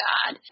God